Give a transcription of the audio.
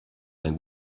d’un